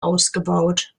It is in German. ausgebaut